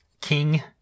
King